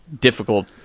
difficult